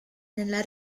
nella